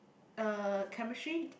uh chemistry